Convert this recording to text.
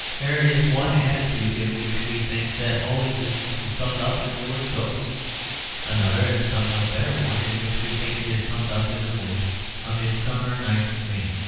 there is one attitude in which we think that all existence is summed up in the word ghosts another, and somewhat better one, in which we think it is summed up in the words a midsummer night's dream